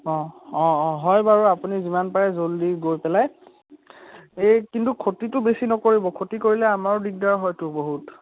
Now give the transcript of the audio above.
অঁ অঁ অঁ হয় বাৰু আপুনি যিমান পাৰে জল্দি গৈ পেলাই এই কিন্তু ক্ষতিটো বেছি নকৰিব ক্ষতি কৰিলে আমাৰো দিগদাৰ হয়তো বহুত